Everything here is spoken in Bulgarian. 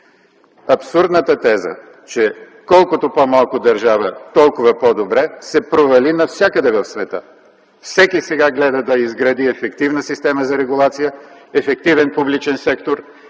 Абсурдната теза, че колкото по-малко държава, толкова по-добре, се провали навсякъде в света. Всеки сега гледа да изгради ефективна система за регулация, ефективен публичен сектор,